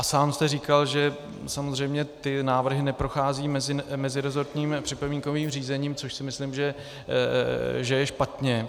Sám jste říkal, že samozřejmě ty návrhy neprocházejí meziresortním připomínkovým řízením, což si myslím, že je špatně.